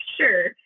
sure